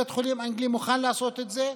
בית החולים האנגלי מוכן לעשות את זה,